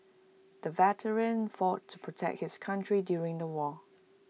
the veteran fought to protect his country during the war